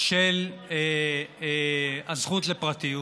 של הזכות לפרטיות.